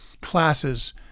classes